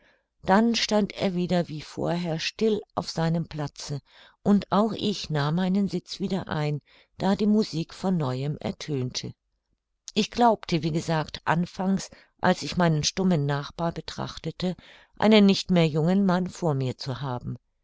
dann stand er wieder wie vorher still auf seinem platze und auch ich nahm meinen sitz wieder ein da die musik von neuem ertönte ich glaubte wie gesagt anfangs als ich meinen stummen nachbar betrachtete einen nicht mehr jungen mann vor mir zu haben